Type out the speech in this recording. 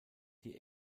die